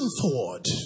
forward